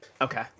okay